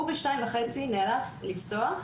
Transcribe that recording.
הוא נאלץ לנסוע בשתיים וחצי,